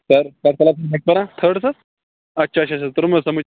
سَر کَتھ کلاسَس چھُ بَچہٕ پَران تھٲڈَس حظ اچھا اچھا اچھا توٚرُم حظ سَمٕج